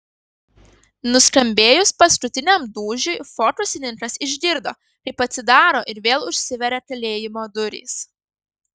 nuskambėjus paskutiniam dūžiui fokusininkas išgirdo kaip atsidaro ir vėl užsiveria kalėjimo durys